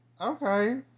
okay